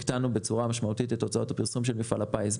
הקטנו בצורה משמעותית את הוצאות הפרסום של מפעל הפיס.